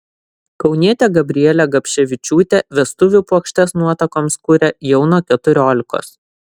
kaunietė gabrielė gabševičiūtė vestuvių puokštes nuotakoms kuria jau nuo keturiolikos